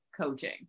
coaching